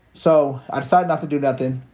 so i decided not to do nothing.